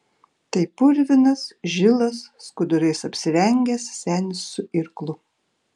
tai purvinas žilas skudurais apsirengęs senis su irklu